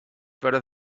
better